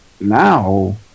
now